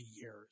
years